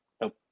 Nope